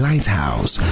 Lighthouse